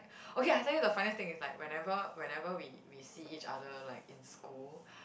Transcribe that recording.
okay I tell you the funniest thing is like whenever whenever we we see each other like in school